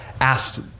asked